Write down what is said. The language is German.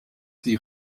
die